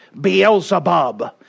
Beelzebub